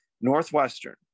Northwestern